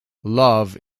love